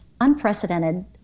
unprecedented